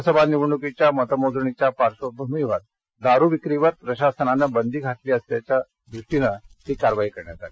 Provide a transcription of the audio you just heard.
लोकसभा निवडणुकीच्या मतमोजणीच्या दिवशी दारु विक्रीवर प्रशासनानं बंदी घातली असल्याच्या पार्श्वभूमीवर ही कारवाई करण्यात आली